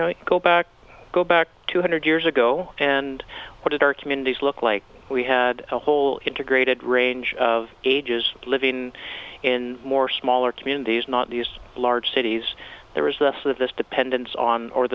about go back go back two hundred years ago and what did our communities look like we had a whole integrated range of ages living in more smaller communities not these large cities there is less of this dependence on or